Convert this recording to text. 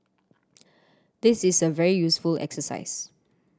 this is a very useful exercise